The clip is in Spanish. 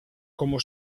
como